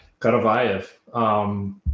Karavayev